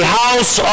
house